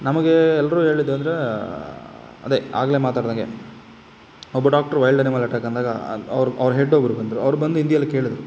ನಮಗೆ ಎಲ್ಲರೂ ಹೇಳಿದ್ದಂದರೆ ಅದೇ ಆಗಲೇ ಮಾತಾಡಿದಂಗೆ ಒಬ್ಬ ಡಾಕ್ಟ್ರು ವೈಲ್ಡ್ ಎನಿಮಲ್ ಅಟ್ಯಾಕ್ ಅಂದಾಗ ಅದು ಅವ್ರ ಅವ್ರ ಹೆಡ್ ಒಬ್ರು ಬಂದರು ಅವ್ರು ಬಂದು ಹಿಂದಿಯಲ್ ಕೇಳಿದ್ರು